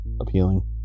appealing